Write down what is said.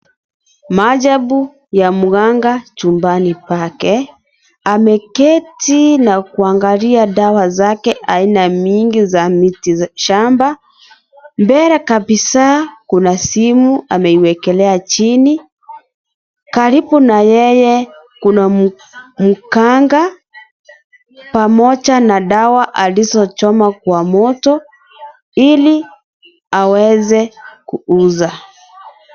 Maajabu, ya mganga, chumbani pake. Ameketi na kuangalia dawa zake, aina mingi za miti shamba. Mbele kabisaa, kuna simu ameiekelea chini, karibu na yeye kuna m.,mkanga, pamoja na dawa alizochoma kwa moto ili aweze kuuza.